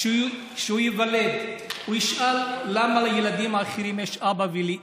כשהוא ייוולד הוא ישאל: למה לילדים אחרים יש אבא ולי אין?